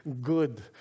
good